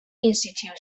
institute